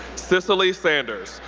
cicely sanders,